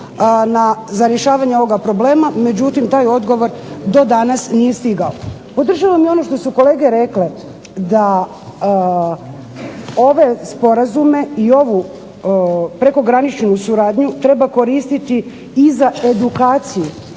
za rješavanje ovoga problema, međutim taj odgovor do danas nije stigao. Podržavam i ono što su kolege rekle da ove sporazume i ovu prekograničnu suradnju treba koristiti i za edukaciju.